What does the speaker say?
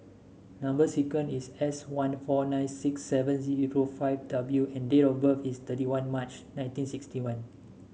number sequence is S one four nine six seven zero five W and date of birth is thirty one March nineteen sixty one